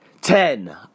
ten